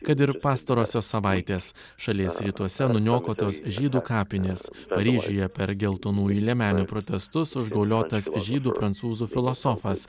kad ir pastarosios savaitės šalies rytuose nuniokotos žydų kapinės paryžiuje per geltonųjų liemenių protestus užgauliotas žydų prancūzų filosofas